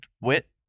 Wit